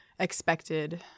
expected